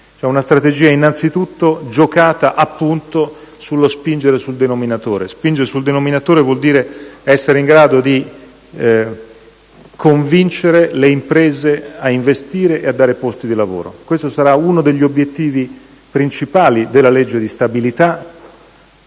cioè una strategia giocata innanzitutto sullo spingere sul denominatore. Spingere sul denominatore vuol dire essere in grado di convincere le imprese ad investire e a creare posti di lavoro. Questo sarà uno degli obiettivi principali della legge di stabilità,